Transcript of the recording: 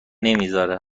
نمیذاره